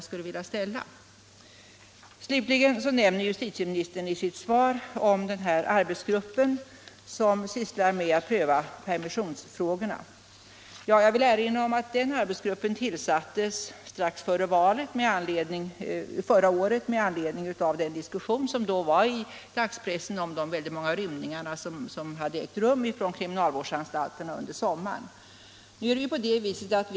Slutligen nämner herr justitieministern i sitt svar den arbetsgrupp som sysslar med att pröva permissionsfrågorna. Jag vill erinra om att den — Nr 58 arbetsgruppen tillsattes strax före valet förra året med anledning av den Fredagen den diskussion som då fördes i dagspressen om de väldigt många rymningar 21 januari 1977 från kriminalvårdsanstalterna som hade ägt rum under sommaren.